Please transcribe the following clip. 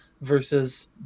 versus